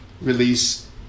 release